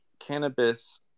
cannabis